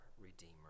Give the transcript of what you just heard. redeemer